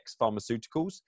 Pharmaceuticals